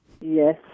Yes